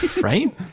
Right